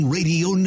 Radio